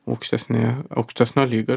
aukštesnį aukštesnio lygio